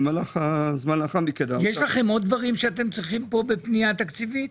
יש לכם עוד דברים שצריכים פה בפנייה תקציבית?